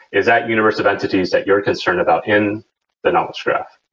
is that universe of entities that you're concerned about in the knowledge graph.